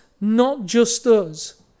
not-just-us